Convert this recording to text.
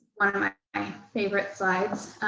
one of my favorite slides.